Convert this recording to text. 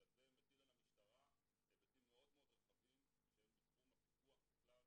וזה מטיל על המשטרה הביטים מאוד רחבים שהם מתחום הפיקוח בכלל,